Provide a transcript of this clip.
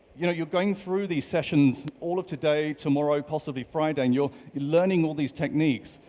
you know you're going through these sessions all of today, tomorrow, possibly friday, and you're you're learning all these techniques.